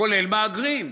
כולל מהגרים,